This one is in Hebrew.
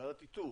ועדת איתור